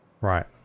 Right